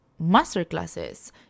masterclasses